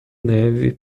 neve